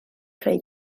creu